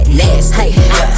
nasty